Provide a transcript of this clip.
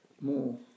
more